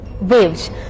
waves